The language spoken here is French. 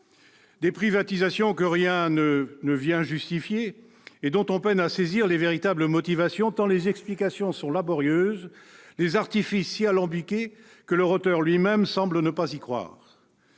des privatisations que rien ne vient justifier et dont on peine à saisir les véritables motivations, tant les explications sont laborieuses, les artifices si alambiqués que leur auteur, lui-même, semble ne pas y croire.